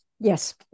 Yes